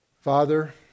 Father